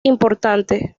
importante